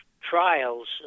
trials